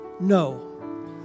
No